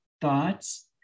thoughts